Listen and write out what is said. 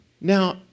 Now